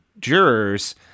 jurors